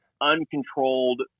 uncontrolled